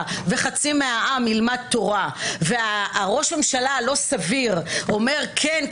וחצי מהעם ילמד תורה וראש הממשלה הלא סביר אומר כן,